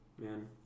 Man